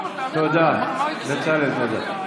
בצלאל, תודה.